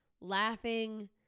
laughing